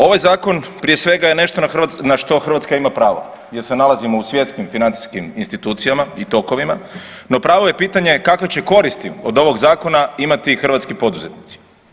Ovaj zakon prije svega je nešto na što Hrvatska ima prava jer se nalazimo u svjetskim financijskim institucijama i tokovima, no pravo je pitanje kakve će koristi od ovog zakona imati hrvatski poduzetnici.